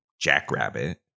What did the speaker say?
Jackrabbit